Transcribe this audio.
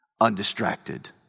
undistracted